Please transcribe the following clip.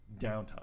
downtime